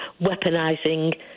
weaponizing